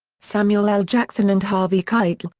samuel l. jackson and harvey keitel,